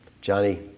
Johnny